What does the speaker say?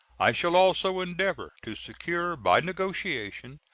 i shall also endeavor to secure, by negotiation,